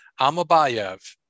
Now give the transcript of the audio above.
Amabayev